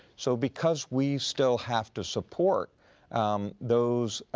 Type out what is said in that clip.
so because we still have to support those